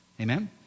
Amen